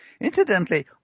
Incidentally